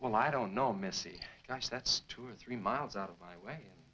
well i don't know missy gosh that's two or three miles out of my way